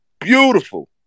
Beautiful